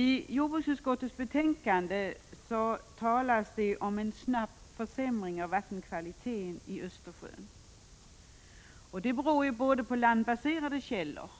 I jordbruksutskottets betänkande talas det om en snabb försämring av vattenkvaliteten i Östersjön. Det beror på landbaserade källor.